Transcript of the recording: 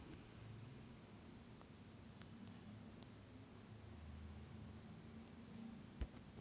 परागीभवन हा वनस्पतीं च्या प्रजननाचा एक आवश्यक भाग आहे